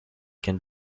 can